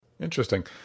Interesting